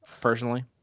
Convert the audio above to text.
personally